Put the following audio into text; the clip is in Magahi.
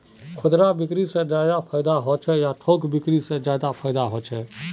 खुदरा बिक्री से ज्यादा फायदा होचे या थोक बिक्री से ज्यादा फायदा छे?